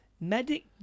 medic